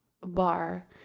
bar